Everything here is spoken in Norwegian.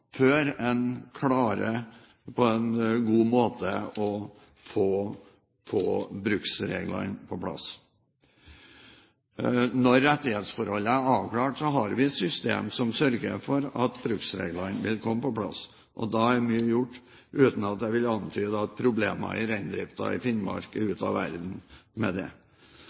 før en på en god måte klarer å få bruksreglene på plass. Når rettighetsforholdet er avklart, har vi systemer som sørger for at bruksregler vil komme på plass. Da er mye gjort, uten at jeg vil antyde at problemene i reindriften i Finnmark er ute av verden med det.